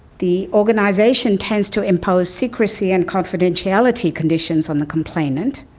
the organisation tends to impose secrecy and confidentiality conditions on the complainant,